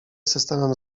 systemem